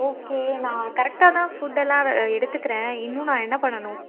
okay நான் கரெக்டாக தான் ஃபுட் எல்லாம் எடுத்துக்குறேன் இன்னும் நான் என்ன பண்ணணும்